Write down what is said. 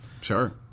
Sure